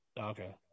Okay